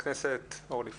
חברת הכנסת אורלי פרומן.